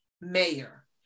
mayor